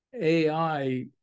AI